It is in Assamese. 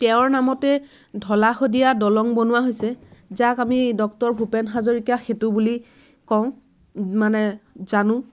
তেওঁৰ নামতেই ঢলা শদিয়া দলং বনোৱা হৈছে যাক আমি ডক্টৰ ভূপেন হাজৰিকা সেঁতু বুলি কওঁ মানে জানো